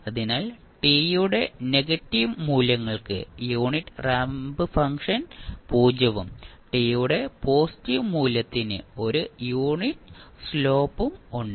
അതിനാൽ ടി യുടെ നെഗറ്റീവ് മൂല്യങ്ങൾക്ക് യൂണിറ്റ് റാമ്പ് ഫംഗ്ഷൻ 0 ഉം ടി യുടെ പോസിറ്റീവ് മൂല്യത്തിന് ഒരു യൂണിറ്റ് സ്ലോപ്പ് ഉണ്ട്